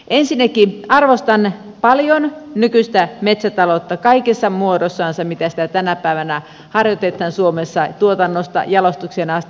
ensinnäkin arvostan paljon nykyistä metsätaloutta kaikessa muodossansa miten sitä tänä päivänä harjoitetaan suomessa tuotannosta jalostukseen asti